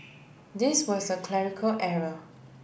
this was a clerical error